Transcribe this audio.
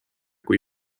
kui